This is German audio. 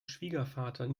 schwiegervater